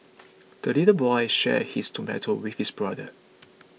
the little boy shared his tomato with his brother